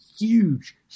huge